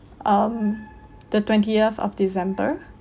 um the twentieth of december